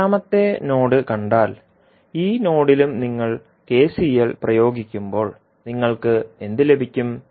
രണ്ടാമത്തെ നോഡ് കണ്ടാൽ ഈ നോഡിലും നിങ്ങൾ കെസിഎൽ പ്രയോഗിക്കുമ്പോൾ നിങ്ങൾക്ക് എന്ത് ലഭിക്കും